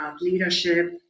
leadership